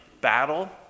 battle